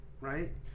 Right